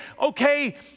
okay